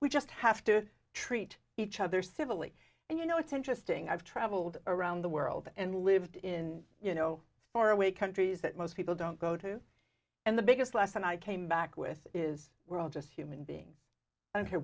we just have to treat each other civil way and you know it's interesting i've traveled around the world and lived in you know far away countries that most people don't go to and the biggest lesson i came back with is we're all just human beings and here